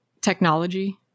technology